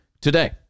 today